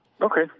Okay